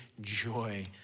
joy